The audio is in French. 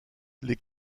les